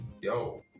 Yo